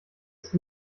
ist